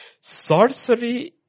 Sorcery